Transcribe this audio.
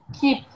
keep